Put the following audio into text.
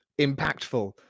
impactful